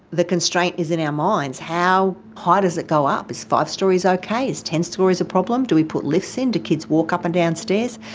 the constraint is in our minds. how high does it go up? is five storeys okay? is ten storeys a problem? do we put lifts in? do kids walk up and down stairs?